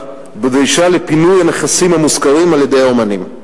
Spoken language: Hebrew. בדרישה לפינוי הנכסים המושכרים על-ידי האמנים.